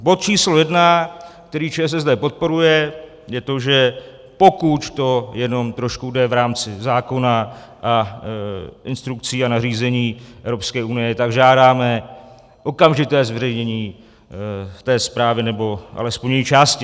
Bod číslo jedna, který ČSSD podporuje, je to, že pokud to jenom trošku jde v rámci zákona, instrukcí a nařízení Evropské unie, tak žádáme okamžité zveřejnění té zprávy, nebo alespoň její části.